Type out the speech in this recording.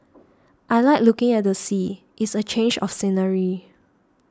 I like looking at the sea it's a change of scenery